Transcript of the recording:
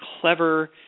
clever